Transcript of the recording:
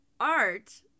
Art